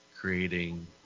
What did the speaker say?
creating